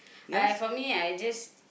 uh I for me I just